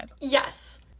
Yes